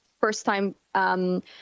first-time